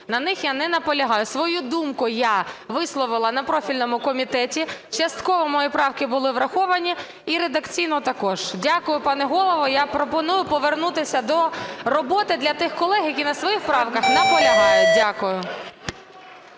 на них я не наполягаю. Свою думку я висловила на профільному комітеті. Частково мої правки були враховані і редакційно також. Дякую, пане Голово. Я пропоную повернутися до роботи для тих колег, які на своїх правках наполягають. Дякую.